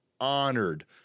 honored